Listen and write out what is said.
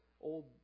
old